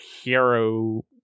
hero